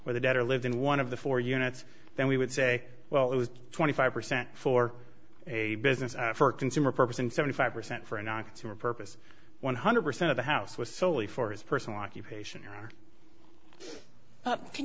where the debtor lived in one of the four units then we would say well it was twenty five percent for a business for consumer purpose and seventy five percent for a non consumer purpose one hundred percent of the house was solely for his personal occupation or can